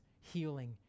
healing